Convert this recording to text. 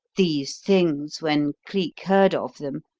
these things, when cleek heard of them,